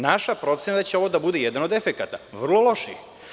Naša procena je da će ovo da bude jedan od efekata, vrlo loših.